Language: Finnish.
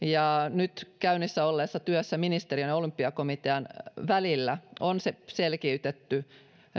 nyt käynnissä olleessa työssä ministeriön ja olympiakomitean välillä on selkiytetty